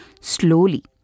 slowly